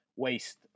waste